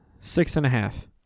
six-and-a-half